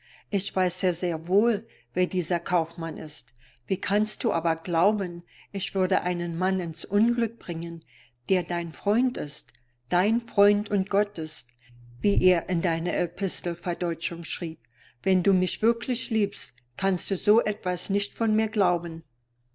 ich weiß ja sehr wohl wer dieser kaufmann ist wie kannst du aber glauben ich würde einen mann ins unglück bringen der dein freund ist dein freund und gottes wie er in deine epistelverdeutschung schrieb wenn du mich wirklich liebst kannst du so etwas nicht von mir glauben